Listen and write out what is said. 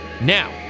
Now